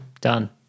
done